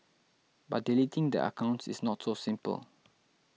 but deleting their accounts is not so simple